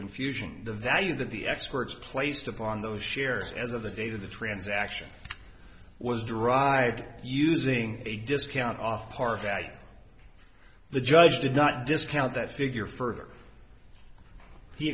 confusion the value that the experts placed upon those shares as of the date of the transaction was derived using a discount off part that the judge did not discount that figure further he